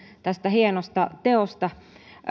tästä hienosta teosta